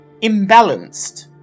imbalanced